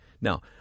Now